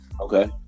okay